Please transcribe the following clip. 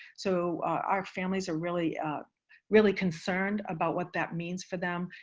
so our families are really really concerned about what that means for them,